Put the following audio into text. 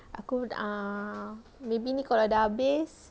aku err maybe ni kalau dah habis